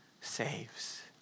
saves